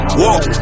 walk